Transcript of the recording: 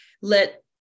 let